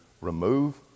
remove